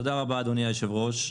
תודה רבה, אדוני היושב-ראש.